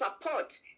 support